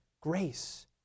grace